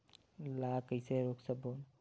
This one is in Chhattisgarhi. ला कइसे रोक बोन?